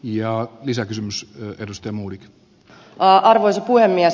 ja visakysymys yritystä muille vaan arvoisa puhemies